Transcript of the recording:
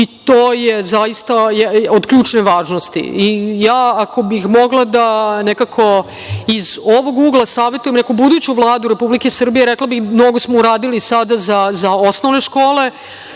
i to je od ključne važnosti. Ako bih mogla da nekako iz ovog ugla savetujem buduću Vladu Republike Srbije, rekla bih da su mnogo uradili sada za osnovne škole,